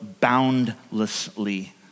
boundlessly